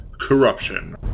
Corruption